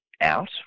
out